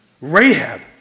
Rahab